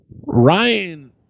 Ryan